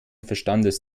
verstandes